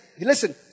listen